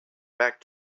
back